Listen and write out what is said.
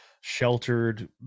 sheltered